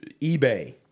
eBay